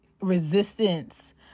resistance